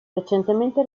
recentemente